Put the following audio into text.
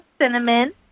cinnamon